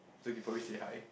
so you probably say hi